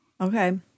Okay